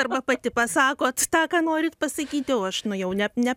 arba pati pasakot tą ką norit pasakyti o aš nu jau ne ne